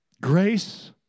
Grace